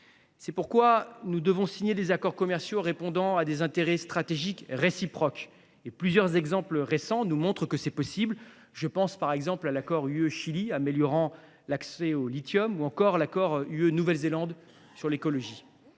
C’est pourquoi nous devons signer des accords commerciaux répondant à nos intérêts stratégiques réciproques. Plusieurs exemples récents nous montrent que c’est possible : je pense à l’accord UE Chili, améliorant l’accès au lithium, ou encore l’accord UE Nouvelle Zélande sur l’écologie.